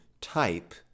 type